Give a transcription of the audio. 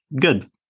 good